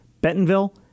Bentonville